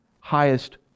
highest